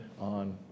on